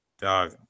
Dog